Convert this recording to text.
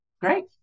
Great